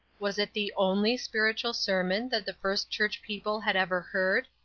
was it the only spiritual sermon that the first church people had ever heard,